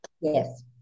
yes